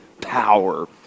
power